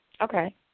Okay